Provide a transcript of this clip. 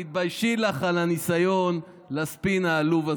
ותתביישי לך על הניסיון לספין העלוב הזה.